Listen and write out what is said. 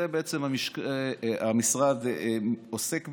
בזה בעצם המשרד עוסק.